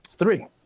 three